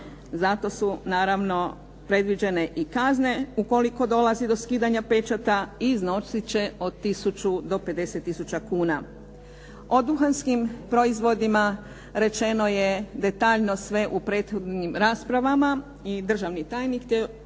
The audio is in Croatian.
Zato su naravno predviđene kazne ukoliko dolazi do skidanja pečata i iznosit će od tisuću do 50 tisuća kuna. O duhanskim proizvodima rečeno je detaljno sve u prethodnim raspravama. I državni tajnik je